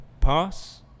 pass